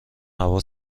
هوا